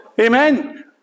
Amen